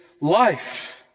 life